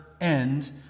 end